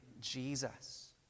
Jesus